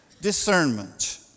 discernment